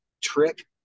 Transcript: trick